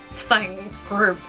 thing. group.